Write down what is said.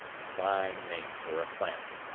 fine name for a planet.